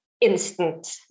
instant